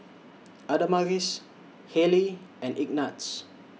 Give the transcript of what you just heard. Adamaris Hayleigh and Ignatz